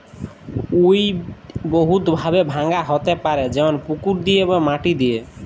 weed বহুত ভাবে ভাঙা হ্যতে পারে যেমল পুকুর দিয়ে বা মাটি দিয়ে